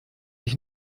ich